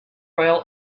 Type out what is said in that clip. royal